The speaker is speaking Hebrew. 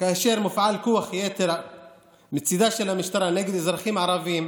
וכאשר מופעל כוח יתר מצידה של המשטרה נגד אזרחים ערבים,